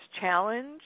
challenge